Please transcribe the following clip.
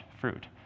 fruit